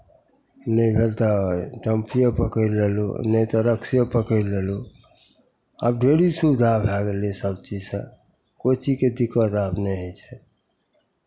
नहि भेल तऽ टेम्पुए पकड़ि लेलहुँ नहि तऽ रिक्शे पकड़ि लेलहुँ आब ढेरी सुविधा भए गेलै सभचीजसँ कोइ चीजके दिक्कत आब नहि होइ छै